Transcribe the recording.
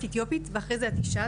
את אתיופית ואחרי זה את אישה.